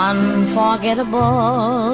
Unforgettable